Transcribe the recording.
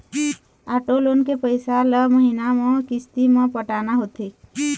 auto loan के पइसा ल महिना म किस्ती म पटाना होथे